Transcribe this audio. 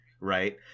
right